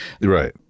Right